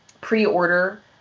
pre-order